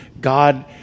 God